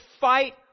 fight